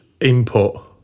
input